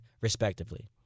respectively